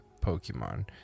pokemon